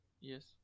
Yes